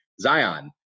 Zion